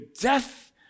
death